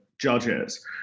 judges